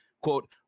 Quote